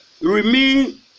remain